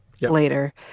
later